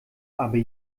aber